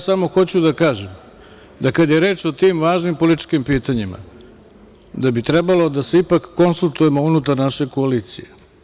Samo hoću da kažem, kada je reč o tim važnim političkim pitanjima, da bi trebalo da se ipak konsultujemo unutar naše koalicije.